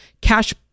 cash